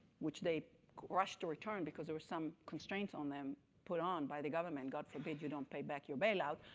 which they rushed to return because there was some constraints on them put on by the government. god forbid you don't pay back your bailout.